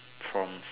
from